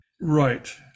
Right